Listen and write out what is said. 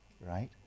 Right